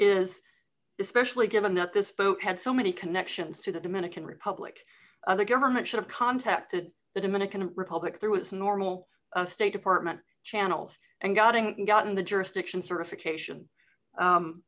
is especially given that this boat had so many connections to the dominican republic the government should have contacted the dominican republic through its normal state department channels and got in gotten the jurisdiction certification